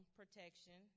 protection